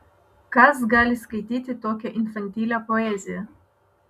kas gali skaityti tokią infantilią poeziją